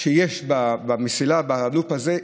שיש במסילה בלופ הזה.